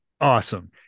Awesome